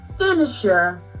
finisher